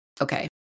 Okay